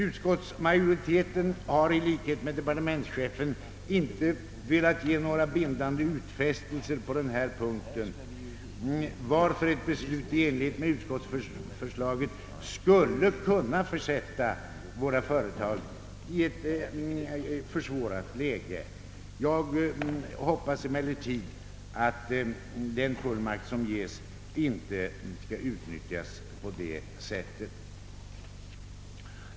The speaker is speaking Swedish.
Utskottsmajoriteten har i likhet med departementschefen inte velat ge några bindande utfästelser på denna punkt, varför ett beslut i enlighet med utskottsförslaget skulle kunna försätta många företag i ett försvårat läge. Jag hoppas emellertid att den fullmakt som ges inte skall utnyttjas på det sättet.